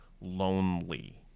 lonely